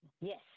Yes